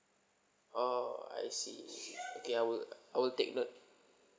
oh I see okay I will I will take note